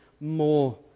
more